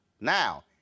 Now